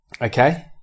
Okay